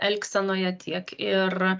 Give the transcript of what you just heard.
elgsenoje tiek ir